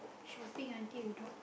shopping until you drop